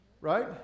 Right